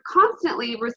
constantly